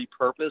repurpose